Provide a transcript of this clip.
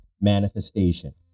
manifestation